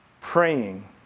praying